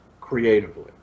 creatively